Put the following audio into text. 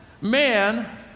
man